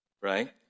right